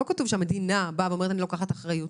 לא כתוב שהמדינה אומרת שהיא לוקחת אחריות.